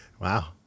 Wow